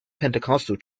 pentecostal